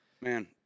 man